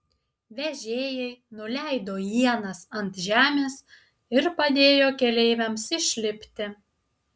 vežėjai nuleido ienas ant žemės ir padėjo keleiviams išlipti